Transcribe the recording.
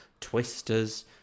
Twisters